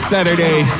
Saturday